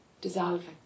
dissolving